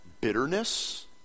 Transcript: bitterness